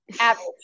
Average